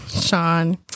Sean